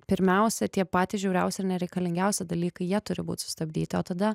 pirmiausia tie patys žiauriausi nereikalingiausi dalykai jie turi būt sustabdyti o tada